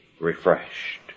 refreshed